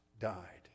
died